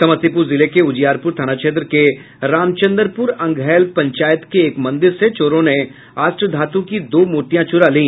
समस्तीपुर जिले के उजियारपुर थाना क्षेत्र के रामचंद्रपुर अंधैल पंचायत के एक मंदिर से चोरों ने अष्टधातु की दो मूर्तिया चुरा ली